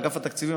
אגף התקציבים,